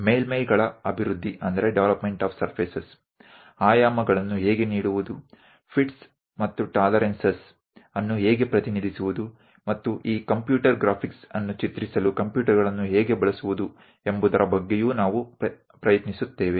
ಮೇಲ್ಮೈಗಳ ಅಭಿವೃದ್ಧಿ ಆಯಾಮಗಳನ್ನು ಹೇಗೆ ನೀಡುವುದು ಫಿಟ್ಸ್ ಮತ್ತು ಟಾಲರೆನ್ಸಸ್ ಅನ್ನು ಹೇಗೆ ಪ್ರತಿನಿಧಿಸುವುದು ಮತ್ತು ಈ ಕಂಪ್ಯೂಟರ್ ಗ್ರಾಫಿಕ್ಸ್ ಅನ್ನು ಚಿತ್ರಿಸಲು ಕಂಪ್ಯೂಟರ್ಗಳನ್ನು ಹೇಗೆ ಬಳಸುವುದು ಎಂಬುದರ ಬಗ್ಗೆಯೂ ನಾವು ಪ್ರಯತ್ನಿಸುತ್ತೇವೆ